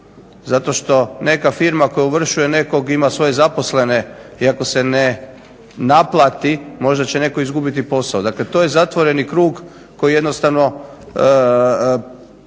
zato što neka firma koja ovršuje nekog ima svoje zaposlene i ako se ne naplati možda će netko izgubiti posao, dakle to je zatvoreni krug od kojeg mi jednostavno ne